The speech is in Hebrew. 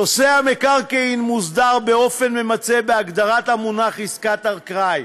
נושא המקרקעין מוסדר באופן ממצה בהגדרת המונח "עסקת אקראי".